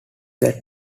that